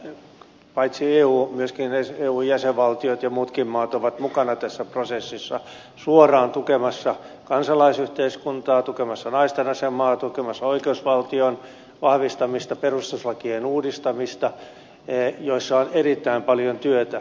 on tärkeätä että paitsi eu myöskin eun jäsenvaltiot ja muutkin maat ovat mukana tässä prosessissa suoraan tukemassa kansalaisyhteiskuntaa tukemassa naisten asemaa tukemassa oikeusvaltion vahvistamista perustuslakien uudistamista joissa on erittäin paljon työtä